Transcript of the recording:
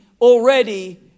already